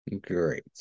Great